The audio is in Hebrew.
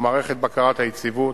ומערכת בקרת היציבות,